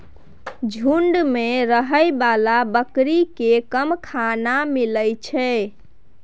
झूंड मे रहै बला बकरी केँ कम खाना मिलइ छै